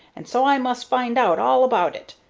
and so i must find out all about it.